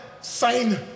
sign